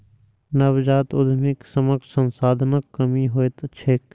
नवजात उद्यमीक समक्ष संसाधनक कमी होइत छैक